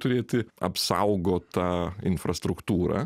turėti apsaugotą infrastruktūrą